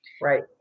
Right